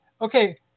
Okay